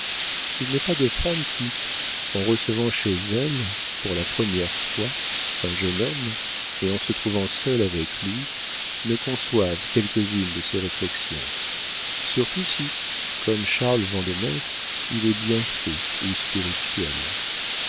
il n'est pas de femme qui en recevant chez elle pour la première fois un jeune homme et en se trouvant seule avec lui ne conçoive quelques-unes de ces réflexions surtout si comme charles vandenesse il est bien fait ou spirituel